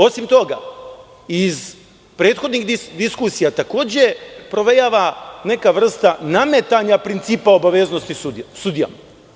Osim toga, i iz prethodnih diskusija takođe provejava neka vrsta nametanja principa obaveznosti sudijama.